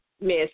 Miss